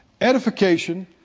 Edification